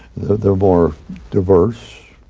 they're more diverse,